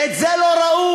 ואת זה לא ראו.